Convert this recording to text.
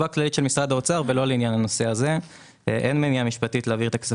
שמחייב את משרד האוצר להעמיד מקדמה בגובה